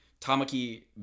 Tamaki